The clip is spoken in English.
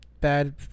bad